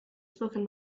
spoken